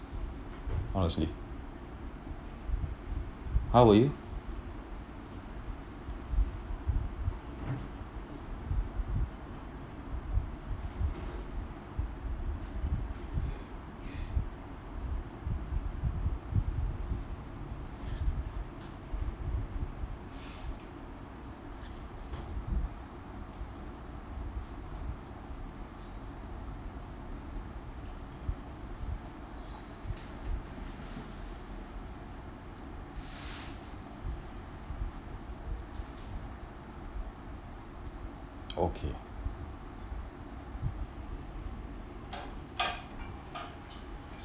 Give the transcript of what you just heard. honestly how about you okay